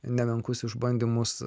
nemenkus išbandymus